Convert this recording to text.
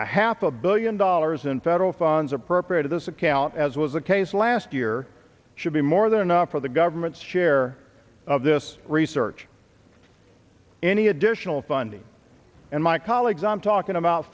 a half a billion dollars in federal funds appropriated this account as was the case last year should be more than enough for the government's share of this research any additional funding and my colleagues i'm talking about